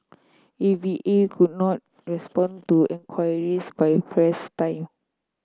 A V A could not respond to in queries by press time